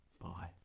bye